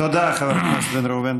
תודה, חבר הכנסת בן ראובן.